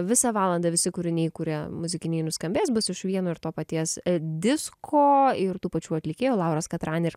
visą valandą visi kūriniai kurie muzikiniai nuskambės bus iš vieno ir to paties disko ir tų pačių atlikėjų lauros katran ir